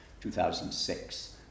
2006